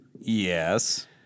Yes